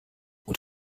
und